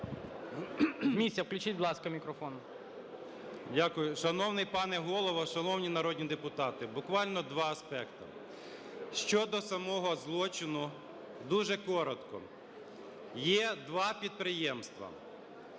Дякую. Шановний пане Голово, шановні народні депутати, буквально два аспекти щодо самого злочину, дуже коротко. Є два підприємства,